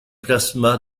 plasma